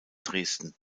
dresden